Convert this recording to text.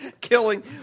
Killing